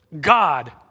God